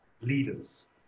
leaders